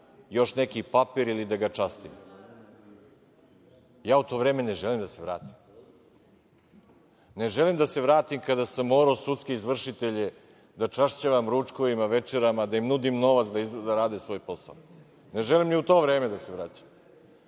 još neki papir ili da ga častim. U to vreme ne želim da se vratim. Ne želim da se vratim kada sam morao sudske izvršitelje da čašćavam ručkovima, večerama, da im nudim novac da izgleda rade svoj posao. Ne želim ni u to vreme da se vraćam.